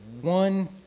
one